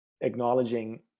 acknowledging